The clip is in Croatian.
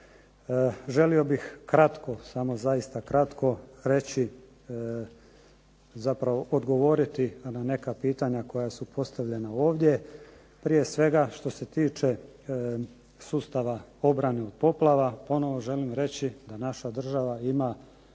Želio bih kratko, samo zaista kratko, reći, zapravo odgovoriti na neka pitanja koja su postavljena ovdje, prije svega što se tiče sustava obrane od poplave. Ponovno želim reći da naša država ima